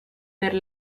per